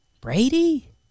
Brady